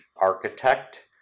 architect